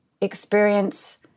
experience